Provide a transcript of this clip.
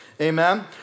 Amen